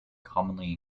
commonly